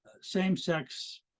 same-sex